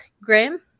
Graham